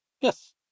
Yes